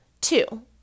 Two